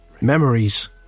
memories